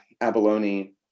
abalone